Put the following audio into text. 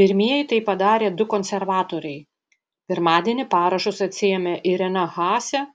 pirmieji tai padarė du konservatoriai pirmadienį parašus atsiėmė irena haase